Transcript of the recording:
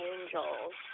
Angels